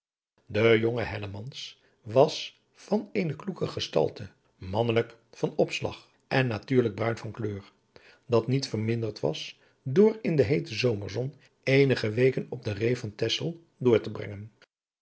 de jonge hellemans was van eene kloeke gestalte mannelijk van opslag en natuurlijk bruin van kleur dat niet verminderd was door in de heete zomerzon eenige weken op de ree van texel door te brengen